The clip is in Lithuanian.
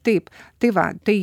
taip tai va tai